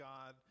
God